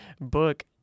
book